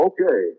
Okay